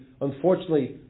unfortunately